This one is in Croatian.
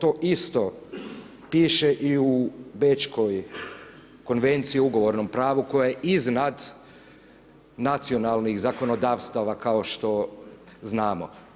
To isto piše i u Bečkoj konvenciji o ugovornom pravu koja je iznad nacionalnih zakonodavstava kao što znamo.